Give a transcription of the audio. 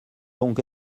donc